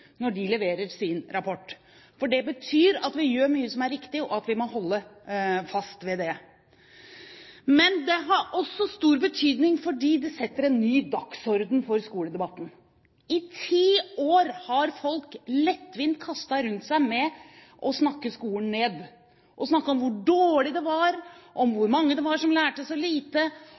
når de leverer sin rapport. For det betyr at vi gjør mye som er riktig, og at vi må holde fast ved det. Men det har også stor betydning fordi det setter en ny dagsorden for skoledebatten. I ti år har folk lettvint kastet rundt seg med å snakke skolen ned – å snakke om hvor dårlig det var, om hvor mange det var som lærte så lite,